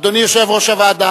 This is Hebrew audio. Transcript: אדוני יושב-ראש הוועדה,